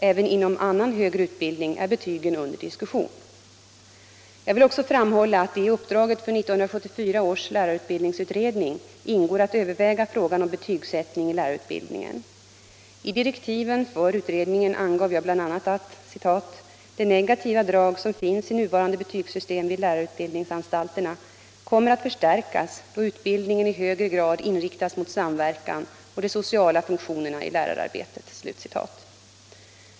Även inom annan högre utbildning är betygen under diskussion. Jag vill också framhålla att det i uppdraget för 1974 års lärarutbildningsutredning ingår att överväga frågan om betygsättningen i lärarutbildningen. I direktiven för utredningen angav jag bl.a. att ”de negativa drag som finns i nuvarande betygsystem vid lärarutbildningsanstalterna kommer att förstärkas då utbildningen i högre grad inriktas mot samverkan och de sociala funktionerna i lärararbetet”.